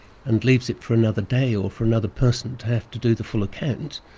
and leaves it for another day or for another person to have to do the full account,